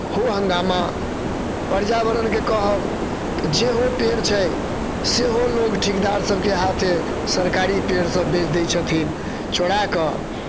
हो हंगामा पर्यावरणके कहब तऽ जेहो पेड़ छै सेहो लोक ठिकेदार सबके हाथे सरकारी पेड़ सब बेच दै छथिन चोराकऽ